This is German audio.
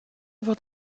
wird